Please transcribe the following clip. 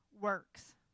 works